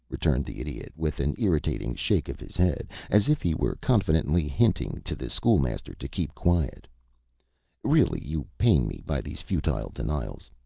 returned the idiot, with an irritating shake of his head, as if he were confidentially hinting to the school-master to keep quiet really you pain me by these futile denials.